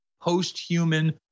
post-human